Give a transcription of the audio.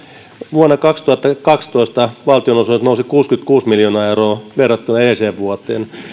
vuonna kaksituhattakaksitoista valtionosuudet nousivat kuusikymmentäkuusi miljoonaa euroa verrattuna edelliseen vuoteen